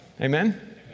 Amen